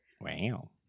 wow